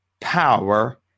power